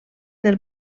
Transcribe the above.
del